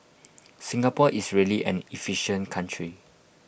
Singapore is really an efficient country